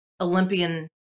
Olympian